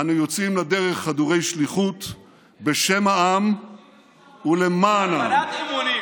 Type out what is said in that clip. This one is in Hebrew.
אנו יוצאים לדרך חדורי שליחות בשם העם ולמען העם.